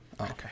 okay